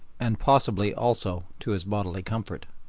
and possibly also to his bodily comfort,